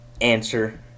answer